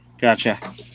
gotcha